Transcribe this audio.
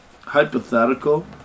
Hypothetical